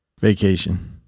Vacation